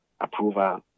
approval